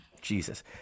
Jesus